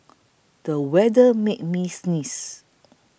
the weather made me sneeze